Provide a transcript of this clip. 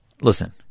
listen